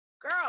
girl